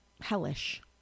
hellish